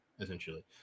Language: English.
essentially